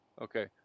Okay